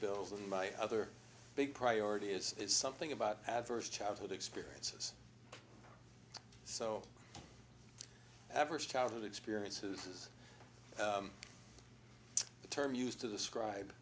bills and my other big priority is something about adverse childhood experiences so ever childhood experiences the term used to describe